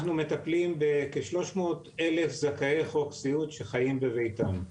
אנחנו מטפלים בכ-300,000 זכאי חוק סיעוד שחיים בביתם.